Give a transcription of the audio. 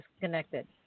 disconnected